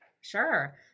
Sure